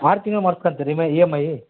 ಆರು ತಿಂಗ್ಳು ಮಾಡ್ಸ್ಕಂತಿರಾ ಈಮೇ ಇ ಎಮ್ ಐ